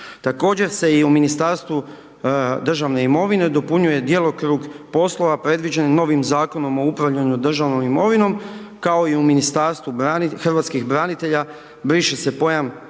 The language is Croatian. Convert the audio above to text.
Također se i u Ministarstvu državne imovine dopunjuje djelokrug poslova predviđen novim Zakonom o upravljanju državnom imovinom, kao i u Ministarstvu hrvatskih branitelja, briše se pojam